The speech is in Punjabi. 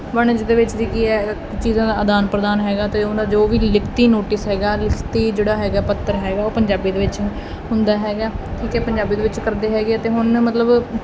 ਵਣਜ ਦੇ ਵਿੱਚ ਵੀ ਕੀ ਹੈ ਚੀਜ਼ਾਂ ਦਾ ਅਦਾਨ ਪ੍ਰਦਾਨ ਹੈਗਾ ਅਤੇ ਉਹਦਾ ਜੋ ਵੀ ਲਿਖਤੀ ਨੋਟਿਸ ਹੈਗਾ ਲਿਖਤੀ ਜਿਹੜਾ ਹੈਗਾ ਪੱਤਰ ਹੈਗਾ ਉਹ ਪੰਜਾਬੀ ਦੇ ਵਿੱਚ ਹੁੰਦਾ ਹੈਗਾ ਕਿਉਂਕਿ ਪੰਜਾਬੀ ਦੇ ਵਿੱਚ ਕਰਦੇ ਹੈਗੇ ਅਤੇ ਹੁਣ ਮਤਲਬ